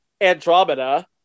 Andromeda